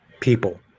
people